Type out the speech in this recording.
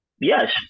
Yes